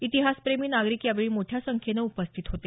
इतिहासप्रेमी नागरिक यावेळी मोठ्या संख्येनं उपस्थित होते